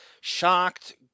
Shocked